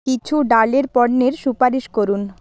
কিছু ডালের পণ্যের সুপারিশ করুন